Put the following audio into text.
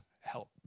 help